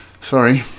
Sorry